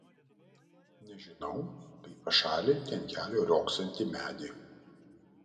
nežinau kaip pašalinti ant kelio riogsantį medį